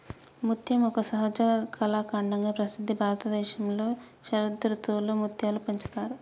ముత్యం ఒక సహజ కళాఖండంగా ప్రసిద్ధి భారతదేశంలో శరదృతువులో ముత్యాలు పెంచుతారు